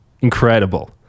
incredible